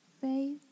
faith